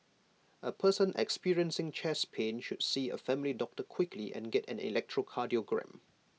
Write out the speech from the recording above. A person experiencing chest pain should see A family doctor quickly and get an electrocardiogram